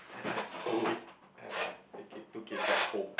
and then I stole it and I take it took it back home